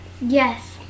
Yes